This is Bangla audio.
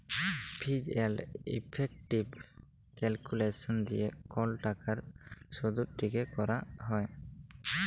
ফিজ এলড ইফেকটিভ ক্যালকুলেসলস দিয়ে কল টাকার শুধট ঠিক ক্যরা হ্যয়